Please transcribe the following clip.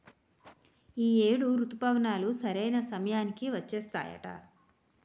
ఈ ఏడు రుతుపవనాలు సరైన సమయానికి వచ్చేత్తాయట